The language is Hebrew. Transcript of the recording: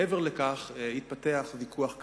מעבר לכך, התפתח ויכוח קצר,